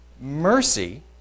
Mercy